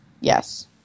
Yes